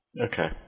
Okay